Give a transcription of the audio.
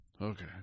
Okay